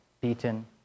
beaten